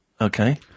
okay